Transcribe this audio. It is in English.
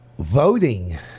voting